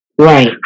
Right